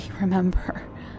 remember